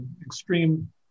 extreme